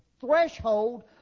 threshold